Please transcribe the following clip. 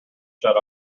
shut